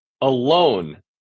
alone